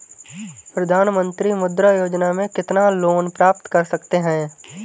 प्रधानमंत्री मुद्रा योजना में कितना लोंन प्राप्त कर सकते हैं?